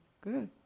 good